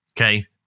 Okay